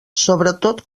sobretot